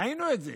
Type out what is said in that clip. ראינו את זה.